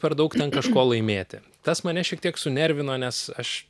per daug ten kažko laimėti tas mane šiek tiek sunervino nes aš